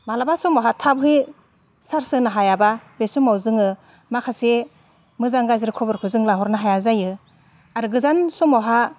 माब्लाबा समावहा थाबहै चार्स होनो हायाब्ला बे समाव जोङो माखासे मोजां गाज्रि खबरखो जों लाहरनो हाया जायो आरो गोजान समावहा